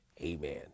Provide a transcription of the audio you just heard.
amen